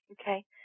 Okay